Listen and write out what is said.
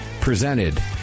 presented